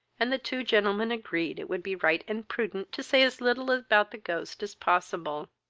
and the two gentlemen agreed it would be right and prudent to say as little about the ghost as possible,